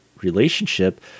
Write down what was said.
relationship